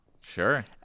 Sure